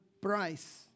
price